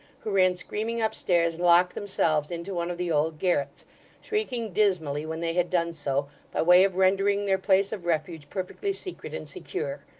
who ran screaming upstairs and locked themselves into one of the old garrets shrieking dismally when they had done so, by way of rendering their place of refuge perfectly secret and secure.